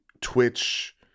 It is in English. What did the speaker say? twitch